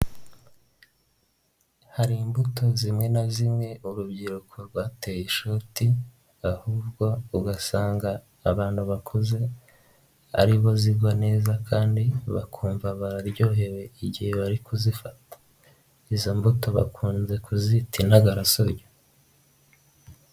Hari imbuto zimwe na zimwe urubyiruko rwateye ishoti ahubwo ugasanga abantu bakuze ari bo zigwa neza kandi bakumva bararyohewe igihe bari kuzifata izo mbuto bakunze kuzita intagarasoryo.